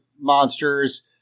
monsters